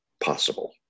possible